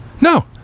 No